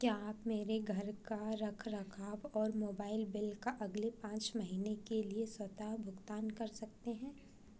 क्या आप मेरे घर का रखरखाव और मोबाइल बिल का अगले पाँच महीने के लिए स्वतः भुगतान कर सकते हैं